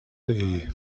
day